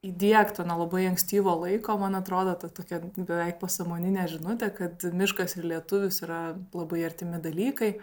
įdiegta nuo labai ankstyvo laiko man atrodo ta tokia beveik pasąmoninė žinutė kad miškas ir lietuvis yra labai artimi dalykai